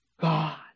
God